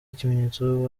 ikimenyetso